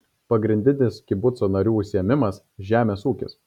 pagrindinis kibuco narių užsiėmimas žemės ūkis